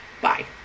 Bye